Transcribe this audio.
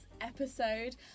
episode